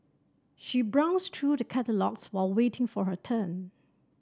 she browsed through the catalogues while waiting for her turn